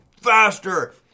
faster